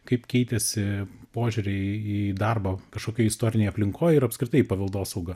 kaip keitėsi požiūriai į darbą kažkokioj istorinėj aplinkoj ir apskritai į paveldosaugą